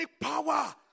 power